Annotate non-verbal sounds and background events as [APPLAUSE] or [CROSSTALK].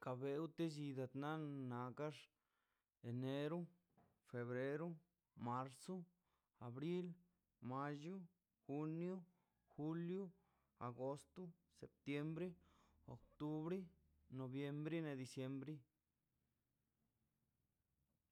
Ka belti lli dernan na kax enero [NOISE] febrero marzo abril mallo junio julio agosto septiembre [NOISE] octubre noviembre ne diciembre [NOISE]